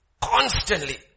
Constantly